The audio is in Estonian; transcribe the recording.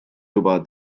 juba